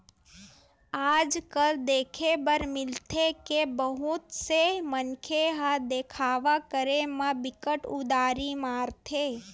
आज कल देखे बर मिलथे के बहुत से मनखे ह देखावा करे म बिकट उदारी मारथे